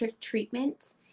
treatment